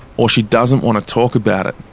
or she doesn't want to talk about it.